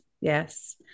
yes